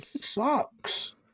sucks